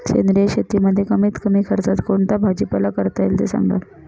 सेंद्रिय शेतीमध्ये कमीत कमी खर्चात कोणता भाजीपाला करता येईल ते सांगा